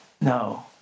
No